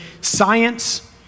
science